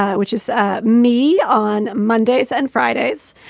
which is ah me on mondays and fridays.